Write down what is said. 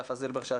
יפה זילברשץ,